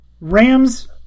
Rams